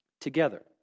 Together